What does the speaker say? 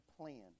plan